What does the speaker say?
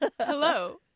Hello